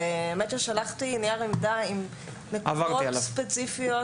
האמת ששלחתי נייר עמדה עם נקודות ספציפיות